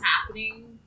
happening